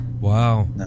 Wow